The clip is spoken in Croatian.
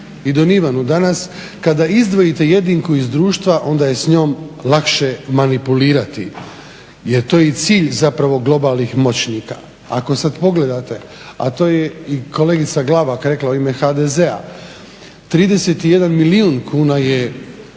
i don Ivanu danas kada izdvojite jedinku iz društva onda je s njom lakše manipulirati, jer to je i cilj zapravo globalnih moćnika. Ako sad pogledate, a to je i kolegica Glavak rekla u ime HDZ-a, 31 milijun kuna je